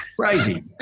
Crazy